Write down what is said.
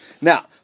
Now